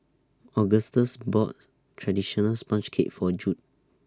Augustus bought Traditional Sponge Cake For Judd